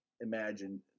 imagine